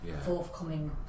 forthcoming